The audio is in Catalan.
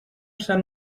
sant